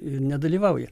ir nedalyvauja